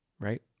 right